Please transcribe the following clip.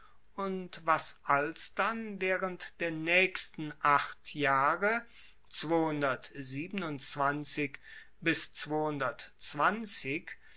und was alsdann waehrend der naechsten acht jahre